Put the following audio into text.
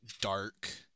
dark